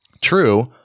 True